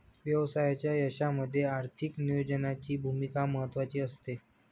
व्यवसायाच्या यशामध्ये आर्थिक नियोजनाची भूमिका महत्त्वाची असते